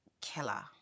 Killer